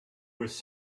was